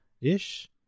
ish